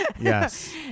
Yes